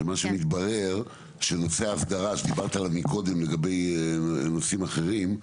שמה שמתברר שנושא ההסדרה שדיברת עליו מקודם לגבי נושאים אחרים,